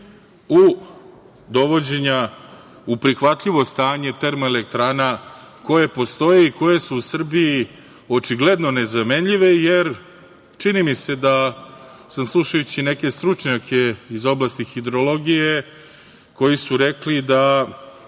u dovođenja u prihvatljivo stanje termoelektrana koje postoje i koje su u Srbiji očigledno nezamenljive, jer čini mi se da sam slušajući neke stručnjake iz oblasti hidrologije, koji su rekli da